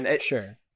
Sure